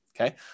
okay